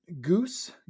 Goose